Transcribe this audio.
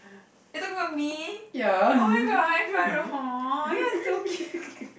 are you talking about me oh-my-god Fairu !aww! you are so cute